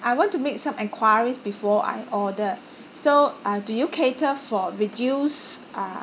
I want to make some enquiries before I order so uh do you cater for reduce uh